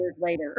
later